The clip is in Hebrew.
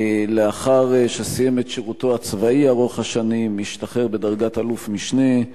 לאחר שסיים את שירותו הצבאי ארוך השנים השתחרר בדרגת אלוף-משנה,